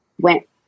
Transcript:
went